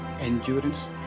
endurance